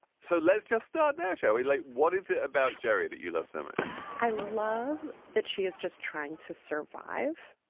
so let's just stop now shall we like what is it about jerry that you love so much i love that she is just trying to survive.